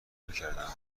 میکردم